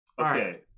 okay